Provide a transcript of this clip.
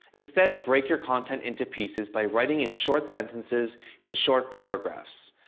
instead, break your content into pieces by writing in short sentences and short paragraphs.